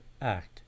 Act